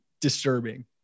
disturbing